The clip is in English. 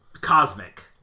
cosmic